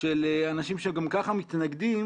של אנשים שגם ככה מתנגדים,